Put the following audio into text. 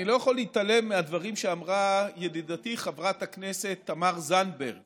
אני לא יכול להתעלם מהדברים שאמרה ידידתי חברת הכנסת תמר זנדברג